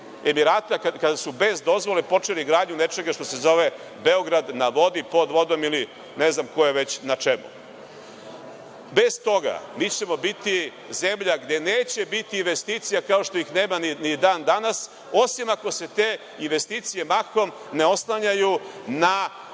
iz UAE kada su bez dozvole počeli gradnju nečega što se zove „Beograd na vodi“, pod vodom ili ne znam ko je već na čemu. Bez toga mi ćemo biti zemlja gde neće biti investicija, kao što ih nema ni dan danas, osim ako se te investicije mahom ne oslanjaju na rupe